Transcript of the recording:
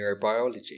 Neurobiology